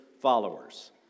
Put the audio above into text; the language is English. followers